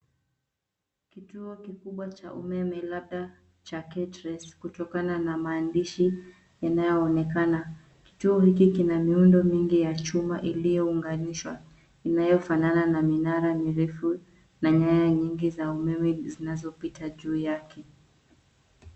Kituo kikubwa cha umeme labda cha KETRAC kutokana na maandishi yanayoonekana. Kituo hiki kina miundo mingi ya chuma iliyounganishwa, inayofanana na minara mirefu na nyaya nyingi za umeme zinazopita juu yake.